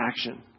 action